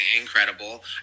incredible